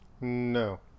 No